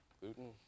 gluten